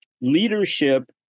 leadership